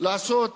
לעשות